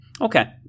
Okay